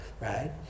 right